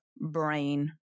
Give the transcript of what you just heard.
brain